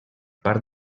part